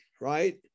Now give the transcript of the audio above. right